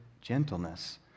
gentleness